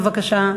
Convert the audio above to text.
בבקשה.